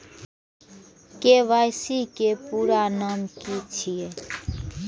KYC के पूरा नाम की छिय?